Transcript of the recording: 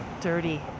Dirty